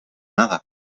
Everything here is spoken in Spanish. nada